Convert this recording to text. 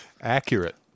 accurate